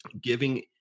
giving